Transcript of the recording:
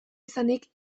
izanik